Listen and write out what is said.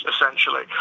essentially